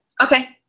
Okay